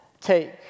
take